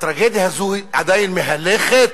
הטרגדיה הזאת עדיין מהלכת